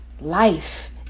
life